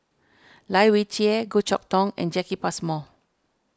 Lai Weijie Goh Chok Tong and Jacki Passmore